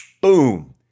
boom